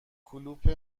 کلوپ